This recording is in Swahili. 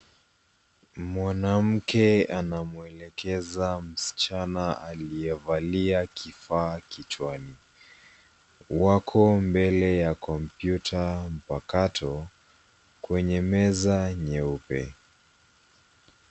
Mwanamke anamuelekeza msichana aliyevalia kifaa kichwani. Wako mbele ya kompyuta mpakato kwenye meza nyeupe.